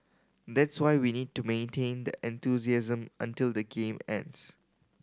that's why we need to maintain that enthusiasm until the game ends